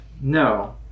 no